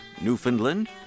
Newfoundland